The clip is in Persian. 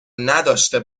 نداشته